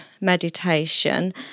meditation